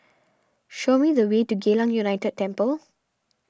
show me the way to Geylang United Temple